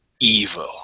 Evil